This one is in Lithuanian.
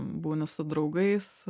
būni su draugais